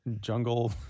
jungle